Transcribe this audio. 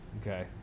Okay